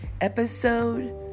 Episode